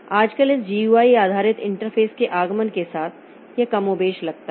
आजकल इस GUI आधारित इंटरफ़ेस के आगमन के साथ यह कमोबेश लगता है